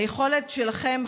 היכולת שלכם,